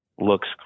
looks